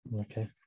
okay